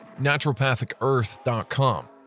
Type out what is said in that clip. naturopathicearth.com